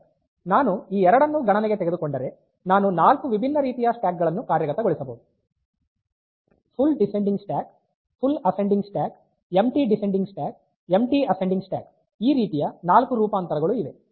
ನಾನು ಈ ಎರಡನ್ನು ಗಣನೆಗೆ ತೆಗೆದುಕೊಂಡರೆ ನಾನು ನಾಲ್ಕು ವಿಭಿನ್ನ ರೀತಿಯ ಸ್ಟ್ಯಾಕ್ ಗಳನ್ನು ಕಾರ್ಯಗತಗೊಳಿಸಬಹುದು full descending stack full ascending stack empty descending stack ಮತ್ತು ಎಂಪ್ಟಿ ಅಸೆಂಡಿಂಗ್ ಸ್ಟ್ಯಾಕ್ ಈ ರೀತಿಯ 4 ರೂಪಾಂತರಗಳು ಇವೆ